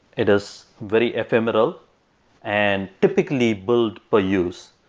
it is very ephemeral and typically built per use.